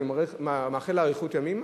אני מאחל לה אריכות ימים,